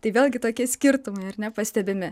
tai vėlgi tokie skirtumai ar ne pastebimi